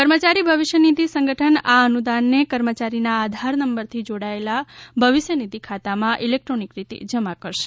કર્મચારી ભવિષ્ય નિધિ સંગઠન આ અનુદાનને કર્મચારીના આધાર નંબરથી જોડાયેલા ભવિષ્ય નિધિ ખાતામાં ઇલેકટ્રોનિક રીતે જમા કરશે